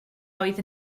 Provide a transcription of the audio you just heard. oedd